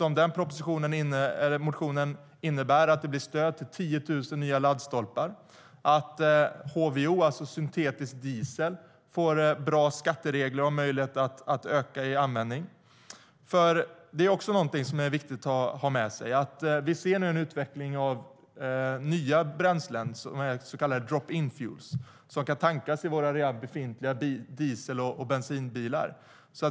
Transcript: Motionen innebär ju att det blir stöd för 10 000 nya laddstolpar och att HVO, alltså syntetisk diesel, får bra skatteregler och möjlighet att öka i användning. Något som också är viktigt att ha med sig är: Vi ser nu en utveckling av nya bränslen, så kallad drop in-fuel, som kan tankas i våra redan befintliga diesel och bensinbilar.